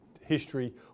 history